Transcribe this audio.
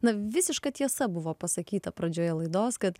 na visiška tiesa buvo pasakyta pradžioje laidos kad